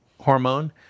hormone